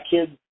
kids